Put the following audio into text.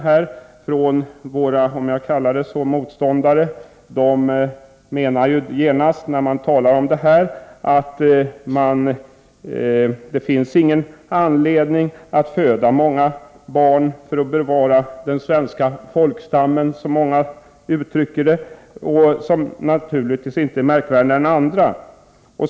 Våra motståndare — om jag får kalla dem så — menar att vi inte har någon anledning att föda många barn, som naturligtvis inte är märkvärdigare än andra, för att bevara den svenska folkstammen, som många uttrycker saken.